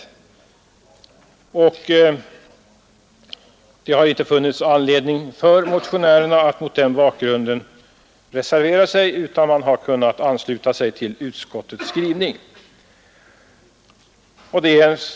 Det har därför inte funnits anledning för motionärerna att reservera sig, utan man har kunnat ansluta sig till utskottets skrivning.